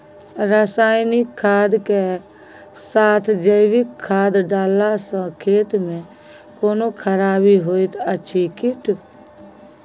रसायनिक खाद के साथ जैविक खाद डालला सॅ खेत मे कोनो खराबी होयत अछि कीट?